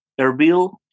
Erbil